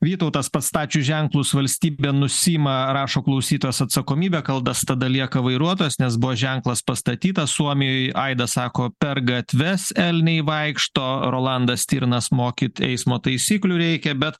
vytautas pastačius ženklus valstybė nusiima rašo klausytojas atsakomybę kaldas tada lieka vairuotojas nes buvo ženklas pastatytas suomijoj aida sako per gatves elniai vaikšto rolandas stirnas mokyt eismo taisyklių reikia bet